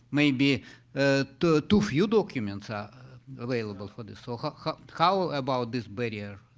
maybe ah too too few documents are available for this. so how how ah about this barrier?